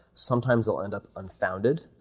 sometimes they'll end up unfounded,